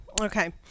Okay